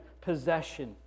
possession